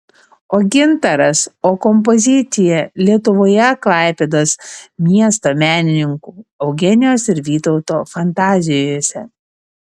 o gintaras o kompozicija lietuvoje klaipėdos miesto menininkų eugenijos ir vytauto fantazijose